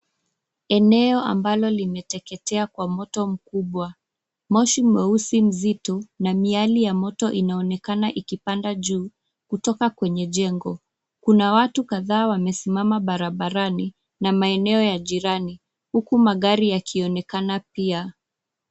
Eneo ambalo limeteketea kwa moto mkubwa. Moshi mweusi mzito na miali ya moto inaonekana ikipanda juu kutoka kwenye jengo. Kuna watu kadhaa wamesimama barabarani na maeneo ya jirani, huku magari yakionekana pia.